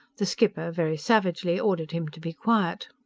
the skipper very savagely ordered him to be quiet.